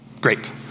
Great